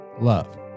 love